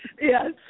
Yes